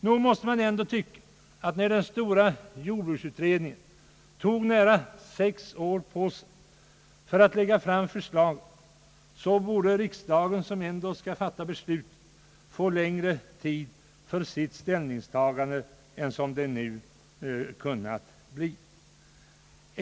Nog måste man ändå anse, att när den stora jordbruksutredningen tog nästan sex år på sig för att lägga fram sitt förslag, borde riksdagen, som ändå skall fatta beslut, få längre tid för sitt ställningstagande än som nu kunnat bli fallet.